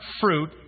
fruit